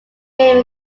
game